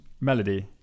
Melody